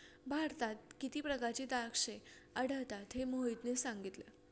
भारतात किती प्रकारची द्राक्षे आढळतात हे मोहितने सांगितले